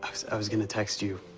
i was gonna text you.